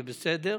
וזה בסדר.